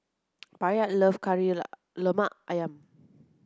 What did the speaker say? Bayard love Kari Lemak Ayam